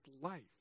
life